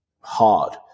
hard